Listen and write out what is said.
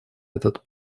этот